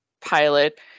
pilot